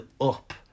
up